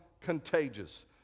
contagious